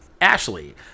Ashley